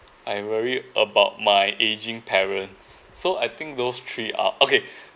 I worry about my ageing parents so I think those three are okay